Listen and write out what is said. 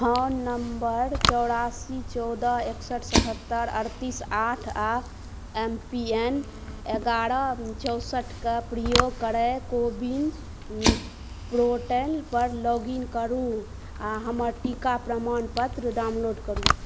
phone number चौरासी चौदह एकसठि सतहत्तरि अठतीस आ एम पी एन एगारह चौंसठिके प्रयोग करय कोविन पोर्टल पर लॉग इन करू आ हमर टीका प्रमाण पत्र डाउनलोड करू